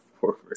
forward